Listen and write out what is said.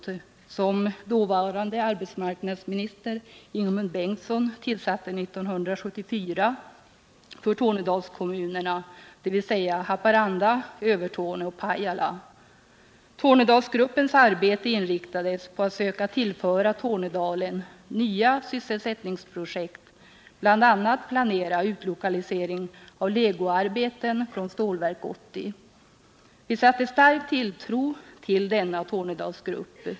Den genomfördes av Tornedalsgruppen, som tillsattes av dåvarande arbetsmarknadsministern Ingemund Bengtsson 1974, och omfattade Tornedalskommunerna, dvs. Haparanda, Övertorneå och Pajala. Tornedalsgruppens arbete inriktades på att söka tillföra Torriedalen nya sysselsättningsprojekt, bl.a. genom att planera utlokalisering av legoarbeten från Stålverk 80. Vi satte stark tilltro till denna Tornedalsgrupp.